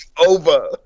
over